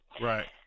Right